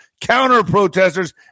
counter-protesters